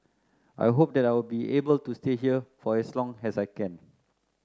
I hope that I will be able to stay here for as long as I can